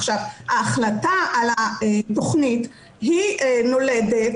ההחלטה על התכנית נולדת,